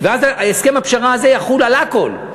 ואז הסכם הפשרה הזה יחול על הכול.